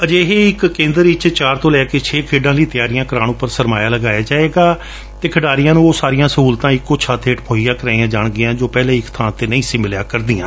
ਅਜਿਹੇ ਹਰ ਇੱਕ ਕੇਂਦਰ ਵਿੱਚ ਚਾਰ ਤੋਂ ਲੈਕੇ ਛੇ ਖੇਡਾਂ ਲਈ ਤਿਆਰੀਆਂ ਉਂਪਰ ਸਰਮਾਇਆ ਲਗਾਇਆ ਜਾਵੇਗਾ ਅਤੇ ਖਿਡਾਰੀਆਂ ਨੂੰ ਉਹ ਸਾਰੀਆਂ ਸਹੂਲਤਾਂ ਇੱਕੋ ਛੱਤ ਹੇਠਾਂ ਮੁਹੱਈਆ ਕਰਵਾਈਆਂ ਜਾਣਗੀਆਂ ਜੋ ਪਹਿਲਾਂ ਇੱਕ ਥਾਂ ਤੇ ਨਹੀਂ ਸੀ ਮਿਲਿਆ ਕਰਦੀਆਂ